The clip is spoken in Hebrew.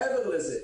מעבר לזה,